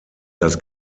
das